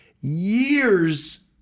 years